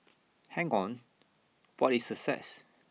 hang on what is success